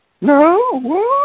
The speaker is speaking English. No